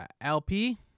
LP